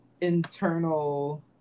internal